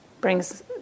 brings